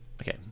Okay